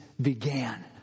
began